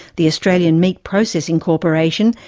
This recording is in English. the australian meat processing corporation,